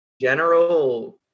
General